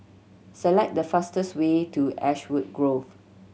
select the fastest way to Ashwood Grove